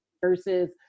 versus